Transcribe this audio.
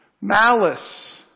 malice